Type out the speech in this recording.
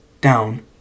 down